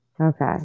Okay